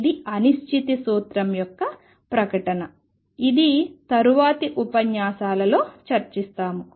ఇది అనిశ్చితి సూత్రం యొక్క ప్రకటన ఇది తరువాత ఉపన్యాసాలలో చర్చిస్తాము